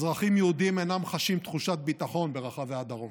אזרחים יהודים אינם חשים תחושת ביטחון ברחבי הדרום: